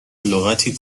لغتی